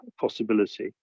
possibility